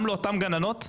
גם לאותן גננות,